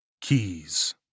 Keys